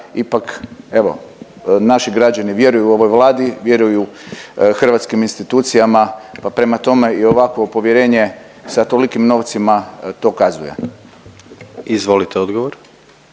ipak evo, naši građani vjeruju ovoj Vladi, vjeruju hrvatskim institucijama pa prema tome i ovakvo povjerenje sa tolikim novcima to kazuje. **Jandroković,